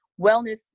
wellness